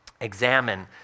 Examine